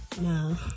No